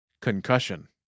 Concussion